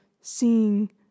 seeing